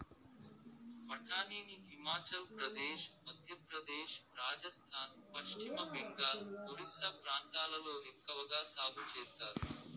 బఠానీని హిమాచల్ ప్రదేశ్, మధ్యప్రదేశ్, రాజస్థాన్, పశ్చిమ బెంగాల్, ఒరిస్సా ప్రాంతాలలో ఎక్కవగా సాగు చేత్తారు